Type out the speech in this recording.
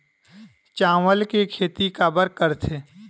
चावल के खेती काबर करथे?